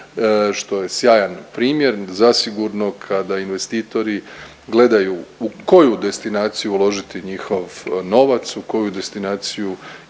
što je sjajan primjer. Zasigurno kada investitori gledaju u koju destinaciju uložiti njihov novac, u koju destinaciju